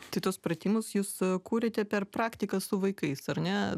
tai tuos pratimus jūs kūrėte per praktiką su vaikais ar ne